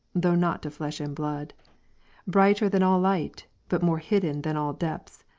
though not to flesh and blood brighter than all light, but more hidden than all depths,